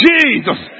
Jesus